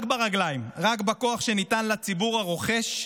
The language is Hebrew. רק ברגליים, רק בכוח שניתן לציבור הרוכש,